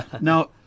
Now